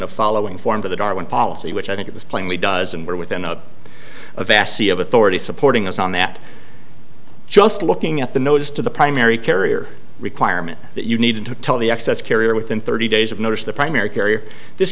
of following form for the darwin policy which i think it's plainly does and we're within the a vast sea of authority supporting us on that just looking at the notice to the primary carrier requirement that you need to tell the excess carrier within thirty days of notice the primary carrier this